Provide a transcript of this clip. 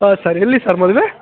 ಹಾಂ ಸರ್ ಎಲ್ಲಿ ಸರ್ ಮದುವೆ